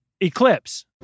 Eclipse